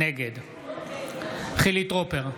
נגד חילי טרופר,